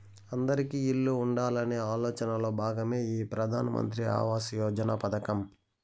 అందిరికీ ఇల్లు ఉండాలనే ఆలోచనలో భాగమే ఈ ప్రధాన్ మంత్రి ఆవాస్ యోజన పథకం